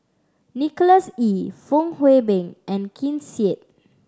Nicholas Ee Fong Hoe Beng and Ken Seet